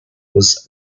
was